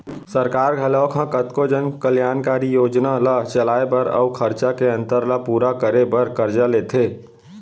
सरकार घलोक ह कतको जन कल्यानकारी योजना ल चलाए बर अउ खरचा के अंतर ल पूरा करे बर करजा लेथे